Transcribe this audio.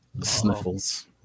sniffles